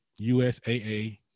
USAA